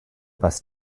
best